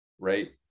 right